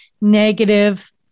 negative